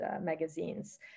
magazines